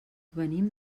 venim